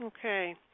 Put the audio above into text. Okay